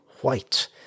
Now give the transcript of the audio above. White